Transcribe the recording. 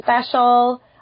special